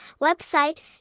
website